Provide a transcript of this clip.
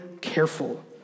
careful